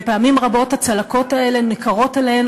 ופעמים רבות הצלקות האלה ניכרות עליהם